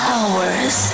Hours